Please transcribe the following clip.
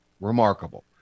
remarkable